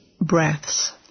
breaths